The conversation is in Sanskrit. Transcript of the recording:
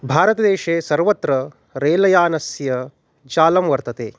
भारतदेशे सर्वत्र रेलयानस्य चालं वर्तते